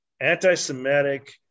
anti-Semitic